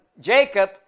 Jacob